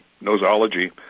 nosology